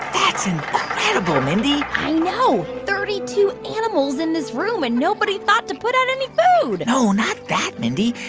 that's incredible, mindy i know thirty two animals in this room, and nobody thought to put out any food no, not that, mindy.